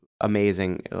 amazing